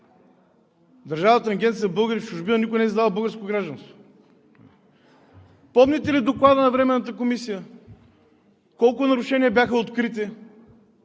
Държавната агенция за българите в чужбина никога не е издавала българско гражданство. Помните ли Доклада на Временната комисия? Колко нарушения бяха открити